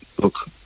look